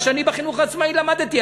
מה שאני בחינוך העצמאי למדתי,